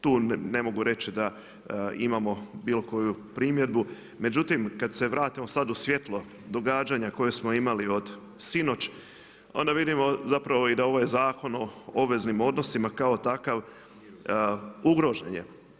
Tu ne mogu reći da imamo bilo koju primjedbu, međutim kad se vratimo sad u svjetlo događanja koje smo imali od sinoć onda vidimo zapravo i da ovaj Zakon o obveznim odnosima kao takav ugrožen je.